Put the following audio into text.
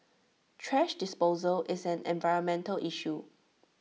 thrash disposal is an environmental issue